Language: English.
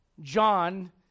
John